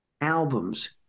albums